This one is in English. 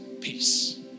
peace